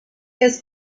has